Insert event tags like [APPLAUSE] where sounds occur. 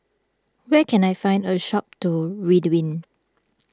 where can I find a shop to Ridwind [NOISE]